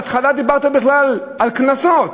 בהתחלה דיברתם בכלל על קנסות,